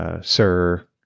SIR